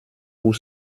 pour